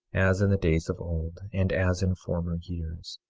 as in the days of old, and as in former years.